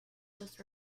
just